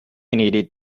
needed